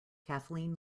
kathleen